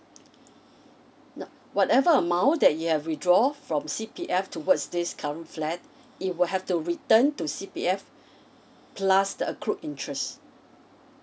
no whatever amount that you have withdraw from C_P_F towards this current flat it will have to return to C_P_F plus the accrued interest